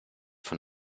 von